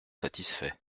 satisfait